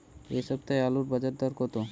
এ সপ্তাহে আলুর বাজার দর কত?